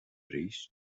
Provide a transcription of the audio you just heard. arís